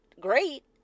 great